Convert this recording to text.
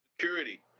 security